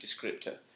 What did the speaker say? descriptor